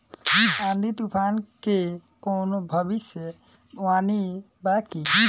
आँधी तूफान के कवनों भविष्य वानी बा की?